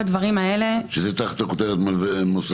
זה תחת הכותרת "מלווה מוסדי"?